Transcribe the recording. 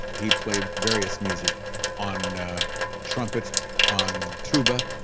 he played various music on a trumpet on tuba,